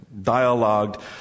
dialogued